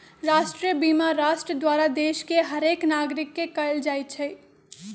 राष्ट्रीय बीमा राष्ट्र द्वारा देश के हरेक नागरिक के कएल जाइ छइ